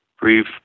brief